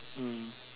mm